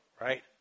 right